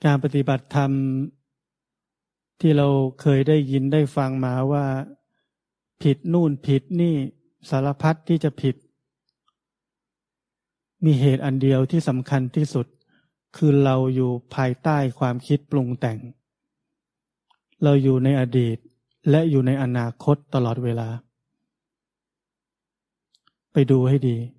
การปฏิบัติธรรมที่เราเคยได้ยินได้ฟังมา ว่าผิดนู่นผิดนี่ สารพัดที่จะผิด มีเหตุอันเดียวที่สำคัญที่สุด คือเราอยู่ภายใต้ความคิดปรุงแต่ง เราอยู่ในอดีตและอยู่ในอนาคตตลอดเวลา ไปดูให้ดี